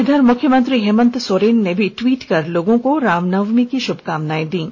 इधर मुख्यमंत्री हेमंत सोरेन ने भी ट्विट कर लोगों को रामनवमी की शुभकामनाएं दी हैं